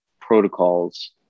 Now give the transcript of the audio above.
protocols